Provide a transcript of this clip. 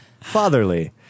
Fatherly